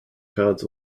cards